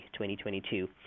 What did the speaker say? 2022